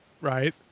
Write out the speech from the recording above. right